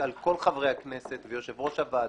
על כל חברי הכנסת ויושב-ראש הוועדה,